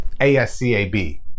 ASCAB